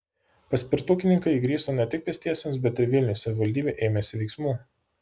paspirtukininkai įgriso ne tik pėstiesiems bet ir vilniui savivaldybė ėmėsi veiksmų